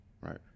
Right